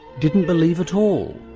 didn't believe at all,